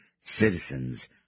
citizens